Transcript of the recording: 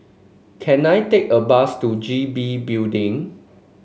can I take a bus to G B Building